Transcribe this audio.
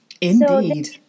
Indeed